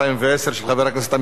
של חבר הכנסת עמיר פרץ,